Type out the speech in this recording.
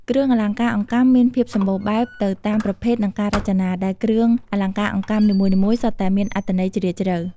គ្រឿងអលង្ការអង្កាំមានភាពសម្បូរបែបទៅតាមប្រភេទ និងការរចនា ដែលគ្រឿងអលង្ការអង្កាំនីមួយៗសុទ្ធតែមានអត្ថន័យជ្រាលជ្រៅ។